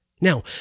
Now